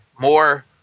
more